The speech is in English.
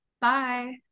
bye